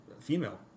female